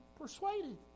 persuaded